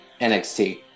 NXT